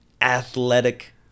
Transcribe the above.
athletic